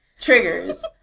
triggers